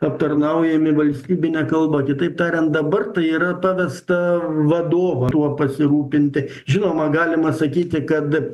aptarnaujami valstybine kalba kitaip tariant dabar tai yra pavesta vadovam tuo pasirūpinti žinoma galima sakyti kad